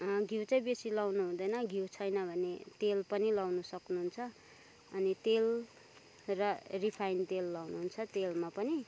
घिउ चाहिँ बेसी लाउनु हुँदैन घिउ छैन भने तेल पनि लाउनु सक्नुहुन्छ अनि तेल र रिफाइन तेल लाउनु हुन्छ तेलमा पनि